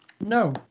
No